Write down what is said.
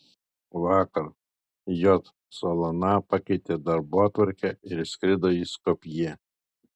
vakar j solana pakeitė darbotvarkę ir išskrido į skopję